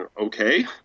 okay